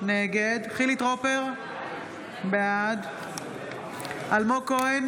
נגד חילי טרופר, בעד אלמוג כהן,